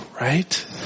right